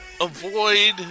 avoid